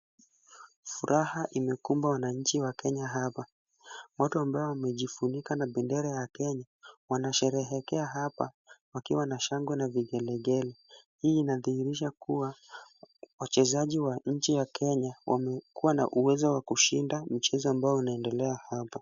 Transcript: Furaha imekumba wananchi wa Kenya hapa. Watu ambao wamejifunika na bendera ya Kenya wanasherekea hapa wakiwa na shangwe na vigelegele. Hii inadhihirisha kuwa, wachezaji wa nchi ya Kenya wamekuwa na uwezo wa kushinda mchezo ambao unaendelea hapa.